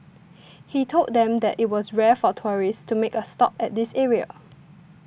he told them that it was rare for tourists to make a stop at this area